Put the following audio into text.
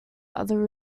other